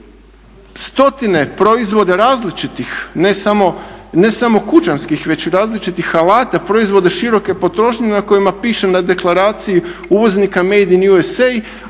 stotine proizvoda različitih ne samo kućanskih već i različitih alata proizvode široke potrošnje na kojima piše na deklaraciji Made in USA,